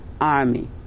Army